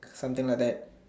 something like that